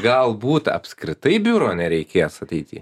galbūt apskritai biuro nereikės ateity